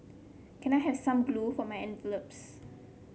can I have some glue for my envelopes